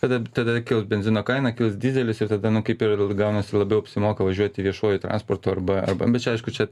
tada tada kils benzino kaina kils didelis ir tada nu kaip ir gaunasi labiau apsimoka važiuoti viešuoju transportu arba arba nu bet aišku čia